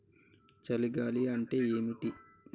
చలి గాలి అంటే ఏమిటి?